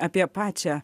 apie pačią